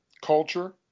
culture